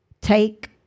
take